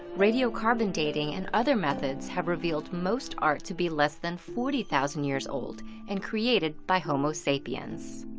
radiocarbon dating and other methods have revealed most art to be less than forty thousand years old and created by homo sapiens.